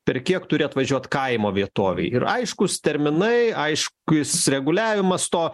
per kiek turi atvažiuoti kaimo vietovėje ir aiškūs terminai aiškus reguliavimas to